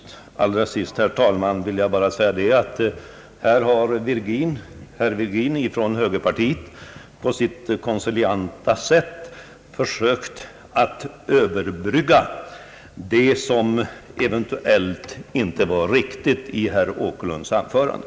Till sist, herr talman, vill jag bara säga att här har herr Virgin från högerpartiet på sitt koncilianta sätt försökt att överbrygga det som eventuellt inte var riktigt i herr Åkerlunds anförande.